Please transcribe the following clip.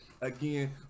again